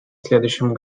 следующем